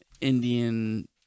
Indian